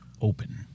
open